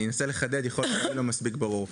אני אנסה לחדד, יכול להיות שלא הייתי מספיק ברור.